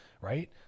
Right